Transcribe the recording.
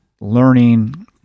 learning